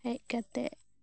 ᱦᱮᱡ ᱠᱟᱛᱮ